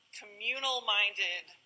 communal-minded